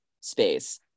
space